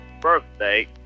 birthday